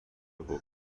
boca